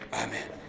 Amen